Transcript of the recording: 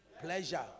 pleasure